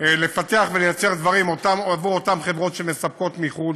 לפתח ולייצר דברים עבור אותן חברות שמספקות מחו"ל,